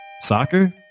soccer